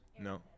No